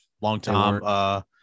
Long-time